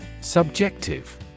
Subjective